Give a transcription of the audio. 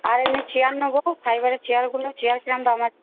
আর এমনি চেয়ার নেব ফাইবারের চেয়ারগুলো চেয়ার কীরকম দাম আছে